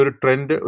trend